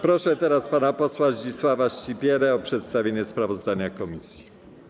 Proszę pana posła Zdzisława Sipierę o przedstawienie sprawozdania komisji.